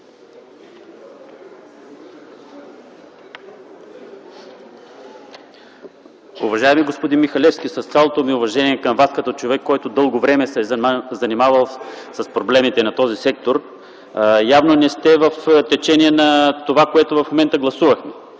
Уважаеми господин Михалевски, с цялото ми уважение към Вас като човек, който дълго време се е занимавал с проблемите на този сектор, явно не сте в течение на това, което в момента гласувахме.